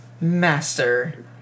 Master